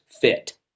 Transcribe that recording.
fit